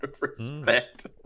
Respect